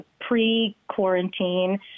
Pre-quarantine